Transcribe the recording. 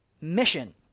mission